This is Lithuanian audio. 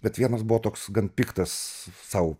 bet vienas buvo toks gan piktas sau